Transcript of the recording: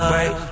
Wait